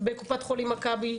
בקופת חולים מכבי.